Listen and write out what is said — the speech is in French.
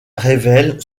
révèlent